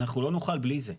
אנחנו לא נוכל בלי זה.